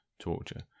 torture